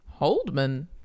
Holdman